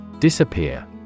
Disappear